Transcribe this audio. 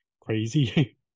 crazy